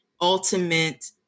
ultimate